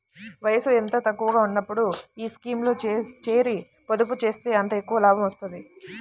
వయసు ఎంత తక్కువగా ఉన్నప్పుడు ఈ స్కీమ్లో చేరి, పొదుపు చేస్తే అంత ఎక్కువ లాభం వస్తుంది